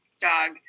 dog